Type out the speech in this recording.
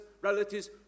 relatives